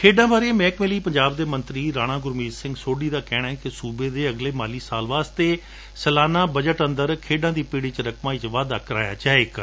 ਖੇਡਾਂ ਬਾਰੇ ਮਹਿਕਮੇ ਲਈ ਪੰਜਾਬ ਦੇ ਮੰਤਰੀ ਰਾਣਾ ਗੁਰਮੀਤ ਸਿੰਘ ਸੋਢੀ ਦਾ ਕਹਿਣੈ ਕਿ ਸੂਬੇ ਦੇ ਅਗਲੇ ਮਾਲੀ ਸਾਲ ਵਾਸਤੇ ਸਲਾਨਾ ਬਜਟ ਦੌਰਾਨ ਖੇਡਾਂ ਦੀ ਪਿੜ ਵਿਚ ਰਕਮਾ ਵਿਚ ਵਾਧਾ ਕਰਵਾਇਆ ਜਾਵੇਗਾ